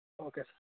okay sir